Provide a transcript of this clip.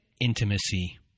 intimacy